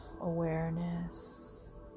awareness